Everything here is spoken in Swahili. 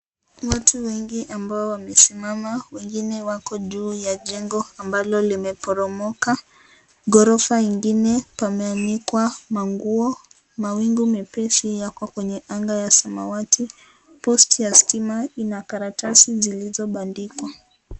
Watu wengi ambao wamesimama. Wengine wako juu ya jengo ambalo limeporomoka. Ghorofa ingine pameanikwa manguo. Mawingu mepesi yako kwenye anga ya samawati. Posti ya stima ina karatasi zilizobandikwa.